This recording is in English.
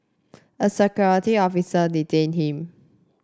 a security officer detained him